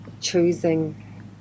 choosing